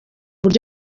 buryo